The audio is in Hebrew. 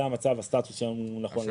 זה המצב, הסטטוס שלנו נכון לעכשיו.